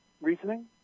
reasoning